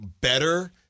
better